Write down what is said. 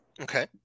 Okay